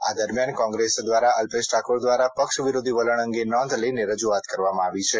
આ દરમિયાન કોંગ્રેસ દ્વારા અલ્પેશ ઠાકોર દ્વારા પક્ષ વિરોધી વલણ અંગે નોંધ લઇને રજૂઆત કરવામાં આવી છે